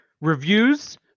reviews